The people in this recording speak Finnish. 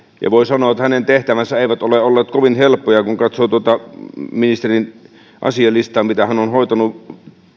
voin sanoa että hänen tehtävänsä eivät ole olleet kovin helppoja kun katsoo tuota ministerin asialistaa mitä hän on hoitanut